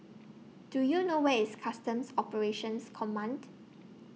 Do YOU know Where IS Customs Operations Command